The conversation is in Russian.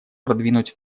продвинуть